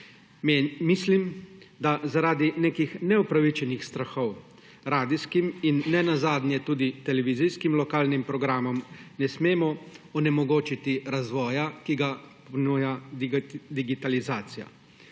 Mislim, da zaradi nekih neupravičenih strahov radijskim in nenazadnje tudi televizijskim lokalnim programom ne smemo onemogočiti razvoja, ki ga ponuja digitalizacija.